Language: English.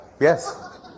Yes